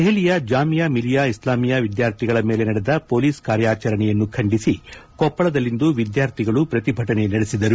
ದೆಹಲಿಯ ಜಾಮಿಯಾ ಮಿಲಿಯಾ ಇಸ್ಲಾಮಿಯಾ ವಿದ್ಕಾರ್ಥಿಗಳ ಮೇಲೆ ನಡೆದ ಮೊಲೀಸ್ ಕಾರ್ಯಾಚರಣೆಯನ್ನು ಖಂಡಿಸಿ ಕೊಪ್ಪಳದಲ್ಲಿಂದು ವಿದ್ಯಾರ್ಥಿಗಳು ಪ್ರತಿಭಟನೆ ನಡೆಸಿದರು